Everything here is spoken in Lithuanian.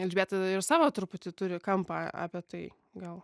elžbieta ir savo truputį turi kampą apie tai gal